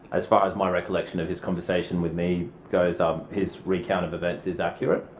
as far as my recollection of his conversation with me goes, um his recount of events is accurate.